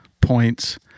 points